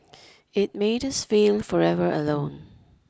it made us feel forever alone